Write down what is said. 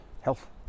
health